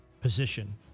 position